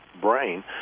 brain